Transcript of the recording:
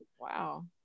Wow